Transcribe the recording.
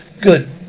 Good